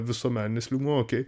visuomeninis lygmuo okei